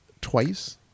twice